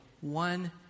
one